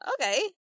okay